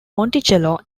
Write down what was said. monticello